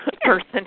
person